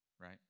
right